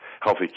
healthy